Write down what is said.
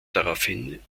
daraufhin